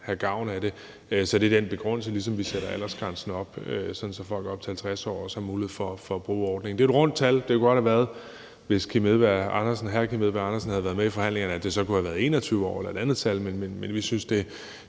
Så det er begrundelsen for det, ligesom at vi sætter aldersgrænsen op, sådan at folk op til 50 år også har en mulighed for at bruge ordningen. Det er jo et rundt tal, og det kunne godt være, at det, hvis hr. Kim Edberg Andersen havde været med i forhandlingerne, så kunne have været 21 år eller et andet tal. Men vi synes, det er